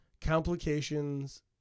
complications